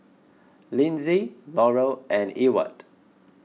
Lindsey Laurel and Ewart